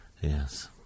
Yes